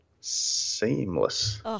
Seamless